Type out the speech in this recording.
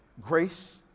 grace